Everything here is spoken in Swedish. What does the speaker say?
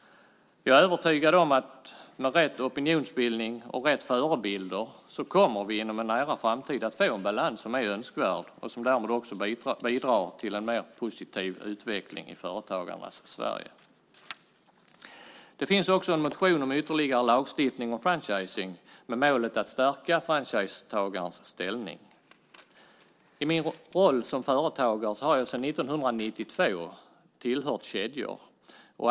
Jag är övertygad om att med rätt opinionsbildning och rätt förebilder kommer vi inom en nära framtid att få en balans som är önskvärd och som därmed också bidrar till en mer positiv utveckling i företagarnas Sverige. Det finns också en motion om ytterligare lagstiftning om franchising med målet att stärka franchisetagarens ställning. I min roll som företagare har jag sedan 1992 tillhört kedjor.